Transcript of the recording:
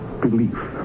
belief